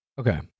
Okay